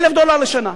1,000 דולר לשנה.